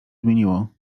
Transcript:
zmieniło